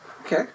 Okay